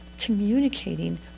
communicating